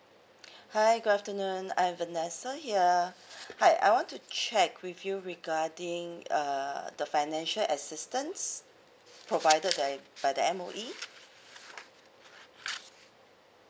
hi good afternoon I am vanessa here hi I want to check with you regarding uh the financial assistance provided that by the M_O_E